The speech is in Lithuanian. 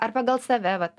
ar pagal save vat